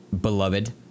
beloved